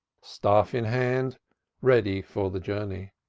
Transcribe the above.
staff in hand ready for the journey.